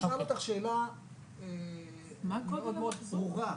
שואל אותך שאלה מאוד ברורה.